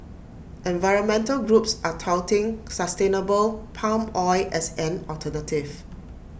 environmental groups are touting sustainable palm oil as an alternative